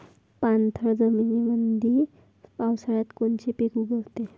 पाणथळ जमीनीमंदी पावसाळ्यात कोनचे पिक उगवते?